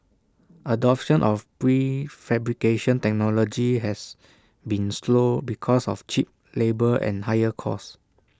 adoption of prefabrication technology has been slow because of cheap labour and higher cost